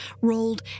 rolled